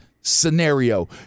scenario